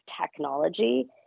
technology